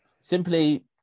simply